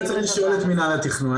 זה צריך לשאול את מינהל התכנון.